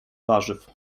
warzyw